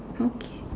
okay